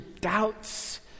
doubts